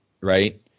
Right